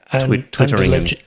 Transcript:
twittering